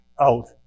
out